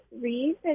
read